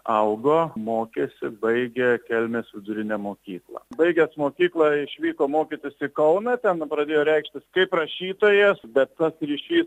augo mokėsi baigė kelmės vidurinę mokyklą baigęs mokyklą išvyko mokytis į kauną ten pradėjo reikštis kaip rašytojas bet tas ryšys